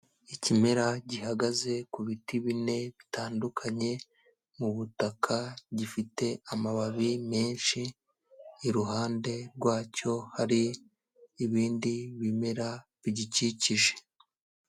Ikimera gihagaze ku biti bine bitandukanye mu butaka, gifite amababi menshi, iruhande rwacyo, hari ibindi bimera bigikikije.